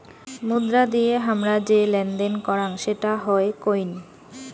মুদ্রা দিয়ে হামরা যে লেনদেন করাং সেটা হই কোইন